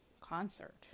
concert